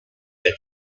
that